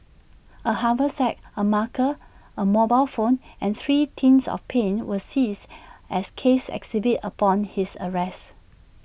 A haversack A marker A mobile phone and three tins of paint were seized as case exhibits upon his arrest